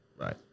Right